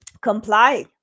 comply